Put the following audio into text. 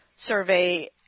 survey